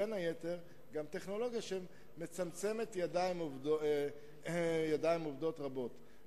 בין היתר גם טכנולוגיה שמצמצמת ידיים עובדות רבות,